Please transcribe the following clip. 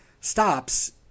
stops